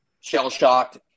shell-shocked